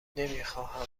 نمیخواهم